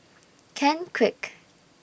Ken Kwek